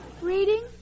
Reading